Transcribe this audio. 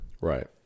right